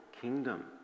kingdom